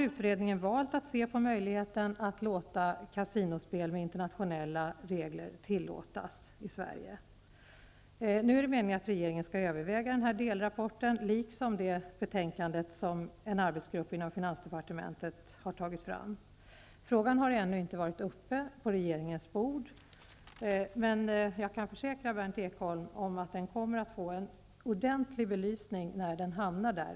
Utredningen har valt att se på möjligheten att låta kasinospel med internationella regler tillåtas i Nu är det meningen att regeringen skall överväga den här delrapporten, liksom det betänkande som en arbetsgrupp inom finansdepartementet har tagit fram. Frågan har ännu inte varit uppe på regeringens bord. Jag kan försäkra Berndt Ekholm att den kommer att få en ordentlig belysning ur alla aspekter när den hamnar där.